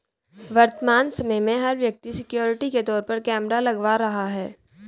वर्तमान समय में, हर व्यक्ति सिक्योरिटी के तौर पर कैमरा लगवा रहा है